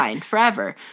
Forever